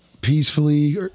peacefully